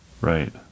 Right